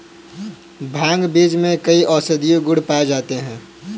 भांग बीज में कई औषधीय गुण पाए जाते हैं